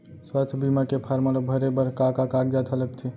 स्वास्थ्य बीमा के फॉर्म ल भरे बर का का कागजात ह लगथे?